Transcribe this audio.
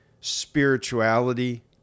spirituality